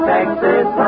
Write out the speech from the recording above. Texas